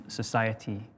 society